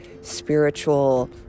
spiritual